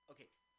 Okay